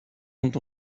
sont